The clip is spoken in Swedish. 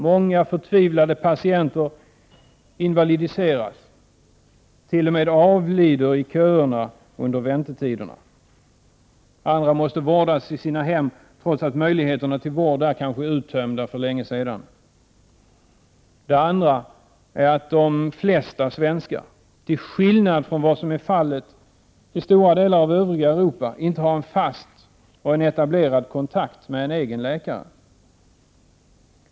Många förtvivlade patienter invalidiseras och t.o.m. avlider under väntetiderna i köer. Andra måste vårdas i sina hem trots att möjligheterna till vård där är uttömda för länge sedan. & Det andra är att de flesta svenskar — till skillnad från vad som är vanligt i Europa — inte har en fast och etablerad kontakt med en egen läkare.